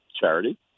charity